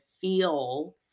feel